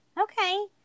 Okay